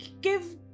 give